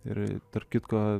ir tarp kitko